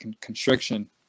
constriction